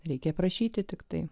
reikia prašyti tiktai